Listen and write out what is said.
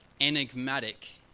enigmatic